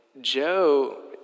Joe